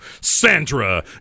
Sandra